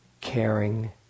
caring